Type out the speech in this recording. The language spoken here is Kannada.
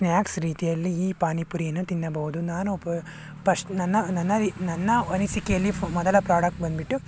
ಸ್ನ್ಯಾಕ್ಸ್ ರೀತಿಯಲ್ಲಿ ಈ ಪಾನಿಪುರಿಯನ್ನು ತಿನ್ನಬಹುದು ನಾನು ಉಪ್ ಫಸ್ಟ್ ನನ್ನ ನನ್ನ ಇ ನನ್ನ ಅನಿಸಿಕೆಯಲ್ಲಿ ಫ ಮೊದಲ ಪ್ರಾಡಕ್ಟ್ ಬಂದ್ಬಿಟ್ಟು